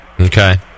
Okay